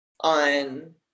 on